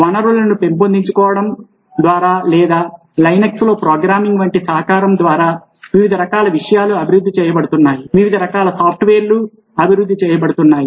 వనరులను పంచుకోవడం ద్వారా లేదా Linuxలో ప్రోగ్రామింగ్ వంటి సహకారం ద్వారా వివిధ రకాల విషయాలు అభివృద్ధి చేయబడుతున్నాయి వివిధ రకాల సాఫ్ట్వేర్లు అభివృద్ధి చేయబడుతున్నాయి